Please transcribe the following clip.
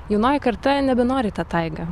jaunoji karta nebenori į tą taigą